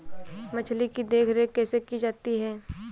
मछली की देखरेख कैसे की जाती है?